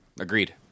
agreed